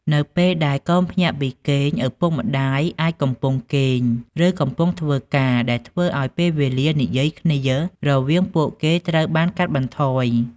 នៅពេលដែលកូនភ្ញាក់ពីគេង ឪពុកម្តាយអាចកំពុងគេង ឬកំពុងធ្វើការ ដែលធ្វើឲ្យពេលវេលានិយាយគ្នារវាងពួកគេត្រូវបានកាត់បន្ថយ។